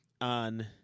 on